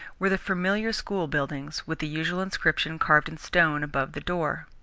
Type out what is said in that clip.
were the familiar school buildings, with the usual inscription carved in stone above the door.